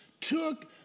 took